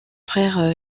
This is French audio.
frère